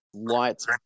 lights